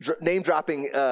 name-dropping